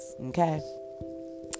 Okay